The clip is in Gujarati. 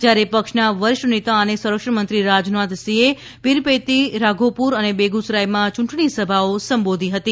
જ્યારે પક્ષના વરિષ્ઠ નેતા અને સંરણ મંત્રી રાજનાથસિંહે પીરપૈતી કેસરીયા રાધોપુર અને બેગુસરાયમાં યૂંટણી સભાઓ સંબોધી હતી